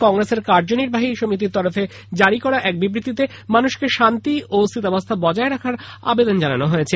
কংগ্রেসের কার্যনির্বাহী সমিতির তরফে জারি করা এক বিবৃতিতে মানুষকে শান্তি ও স্থিতাবস্থা বজায় রাখার আবেদন জানানো হয়েছে